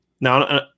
Now